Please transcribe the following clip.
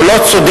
הוא לא צודק,